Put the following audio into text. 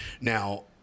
Now